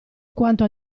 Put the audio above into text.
quanto